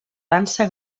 dansa